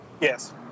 Yes